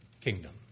kingdom